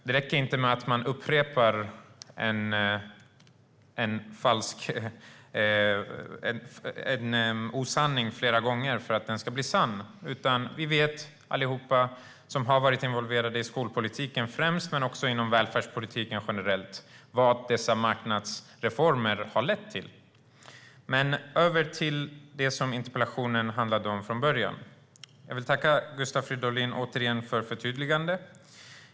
Det går inte att upprepa en osanning flera gånger för att den ska bli sann. Alla vi som främst har varit involverade i skolpolitiken men också i välfärdspolitiken generellt vet vad dessa marknadsreformer har lett till. Men nu ska jag gå över till det som interpellationen handlade om från början. Jag vill återigen tacka Gustav Fridolin för hans förtydligande.